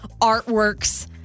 artworks